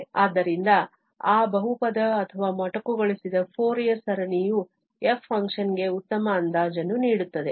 ಆದ್ದರಿಂದ ಆ ಬಹುಪದ ಅಥವಾ ಮೊಟಕುಗೊಳಿಸಿದ ಫೋರಿಯರ್ ಸರಣಿಯು f ಫಂಕ್ಷನ್ಗೆ ಉತ್ತಮ ಅಂದಾಜನ್ನು ನೀಡುತ್ತದೆ